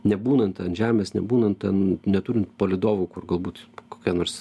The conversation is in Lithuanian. nebūnant ant žemės nebūnant ten neturint palydovų kur galbūt kokia nors